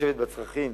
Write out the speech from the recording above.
ומתחשבת בצרכים